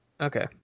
Okay